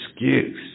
excuse